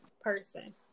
person